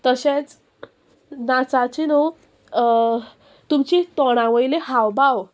तशेंच नाचाची न्हू तुमची तोंडा वयली हावभाव